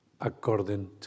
According